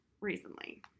recently